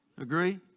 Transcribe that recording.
Agree